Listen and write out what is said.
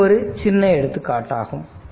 இது ஒரு சின்ன எடுத்துக்காட்டாகும்